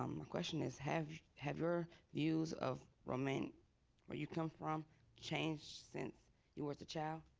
um my question is have have your views of romania where you come from changed since you was a child?